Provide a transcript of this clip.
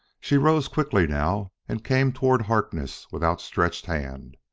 she rose quickly now and came toward harkness with outstretched hand.